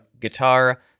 guitar